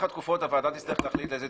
התקופות האמורות: הוועדה תחליט מה משכן.